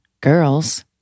girls